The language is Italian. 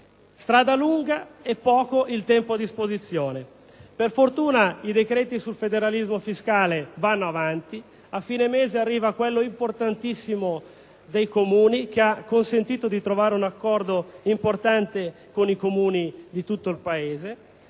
strada è lunga, e poco il tempo a disposizione. Per fortuna, i decreti sul federalismo fiscale vanno avanti. A fine mese arriva quello, importantissimo, sui Comuni, che ha consentito di trovare un accordo importante con le amministrazioni